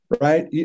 right